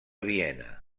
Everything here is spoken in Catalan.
viena